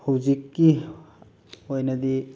ꯍꯧꯖꯤꯛꯀꯤ ꯑꯣꯏꯅꯗꯤ